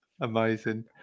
Amazing